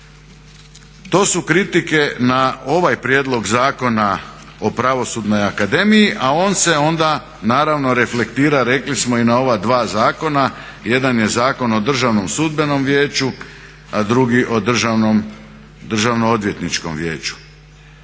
To su kritike na ovaj Prijedlog zakona o Pravosudnoj akademiji a on se onda naravno reflektira rekli smo i na ova dva zakona, jedan je Zakon o Državnom sudbenom vijeću a drugi o Državno odvjetničkom vijeću.